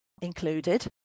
included